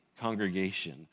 congregation